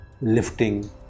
lifting